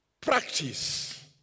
practice